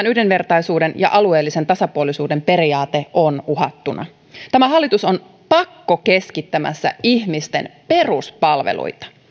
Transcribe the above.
yhdenvertaisuuden ja alueellisen tasapuolisuuden periaate on uhattuna tämä hallitus on pakkokeskittämässä ihmisten peruspalveluita